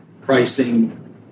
pricing